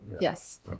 Yes